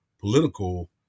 political